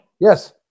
Yes